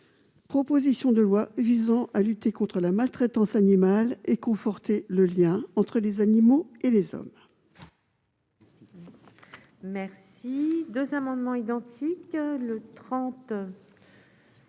proposition de loi visant à lutter contre la maltraitance animale et conforter le lien entre les animaux et les hommes